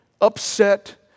upset